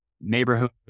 neighborhood